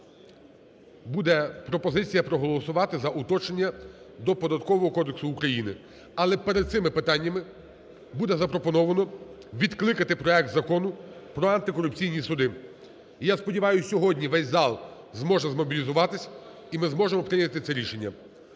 буде пропозиція проголосувати за уточнення до Податкового кодексу України. Але перед цими питаннями буде запропоновано відкликати проект Закону про антикорупційні суди. І, я сподіваюсь, сьогодні весь зал зможезмобілізуватись, і ми зможемо прийняти це рішення.